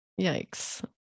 yikes